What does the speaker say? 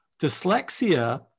dyslexia